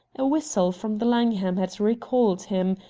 a whistle from the langham had recalled him,